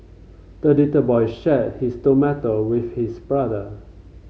the little boy shared his tomato with his brother